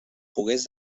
pogués